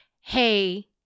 hey